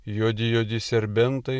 juodi juodi serbentai